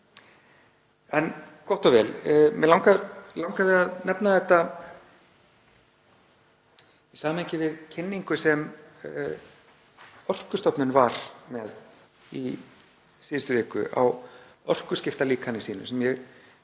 En gott og vel. Mig langar að nefna þetta í samhengi við kynningu sem Orkustofnun var með í síðustu viku á orkuskiptalíkani sínu, sem ég